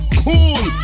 cool